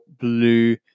blue